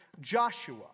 Joshua